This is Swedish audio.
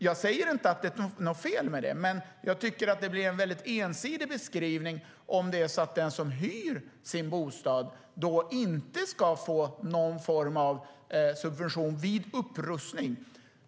Jag säger inte att det är något fel med det, men jag tycker att det blir en ensidig beskrivning om den som hyr sin bostad inte ska få någon form av subvention vid upprustning.